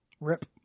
Rip